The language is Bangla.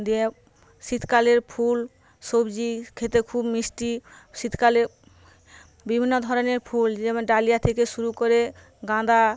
দিয়ে শীতকালের ফুল সবজি খেতে খুব মিষ্টি শীতকালে বিভিন্ন ধরনের ফুল যেরম ডালিয়া থেকে শুরু করে গাঁদা